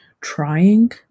trying